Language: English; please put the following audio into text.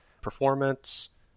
performance